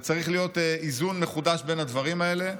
וצריך להיות איזון מחודש בין הדברים האלה.